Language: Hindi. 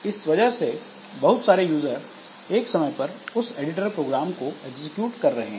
इस वजह से बहुत सारे यूजर एक समय पर उस एडिटर प्रोग्राम को एग्जीक्यूट कर रहे हैं